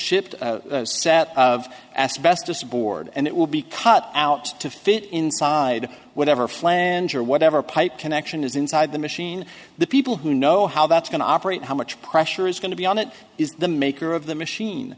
shipped set of asbestos board and it will be cut out to fit inside whatever flange or whatever pipe connection is inside the machine the people who know how that's going to operate how much pressure is going to be on it is the maker of the machine